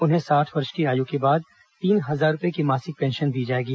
उन्हें साठ वर्ष की आयु के बाद तीन हजार रुपये की मासिक पेंशन दी जाएगी